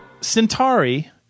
Centauri